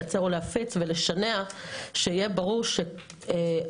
לייצר או להפיץ ולשנע" שיהיה ברור שההיתר,